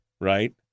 right